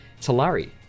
Talari